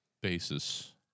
basis